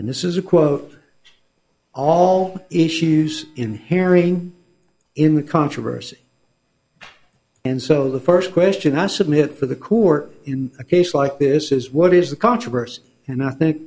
and this is a quote all issues in herring in the controversy and so the first question i submit for the court in a case like this is what is the controversy and i think